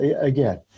again